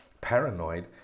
paranoid